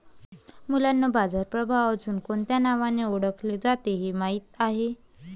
मुलांनो बाजार प्रभाव अजुन कोणत्या नावाने ओढकले जाते हे माहित आहे?